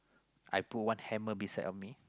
I put one hammer beside on me